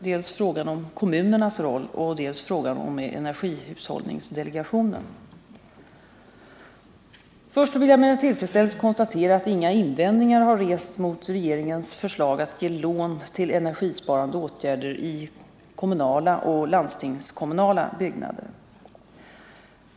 Dels frågan om kommunernas roll, dels frågan om energihushållningsdelegationen. Först vill jag med tillfredsställelse konstatera att inga invändningar har rests mot regeringens förslag att ge lån till energibesparande åtgärder i kommunala och landstingskommunala byggnader.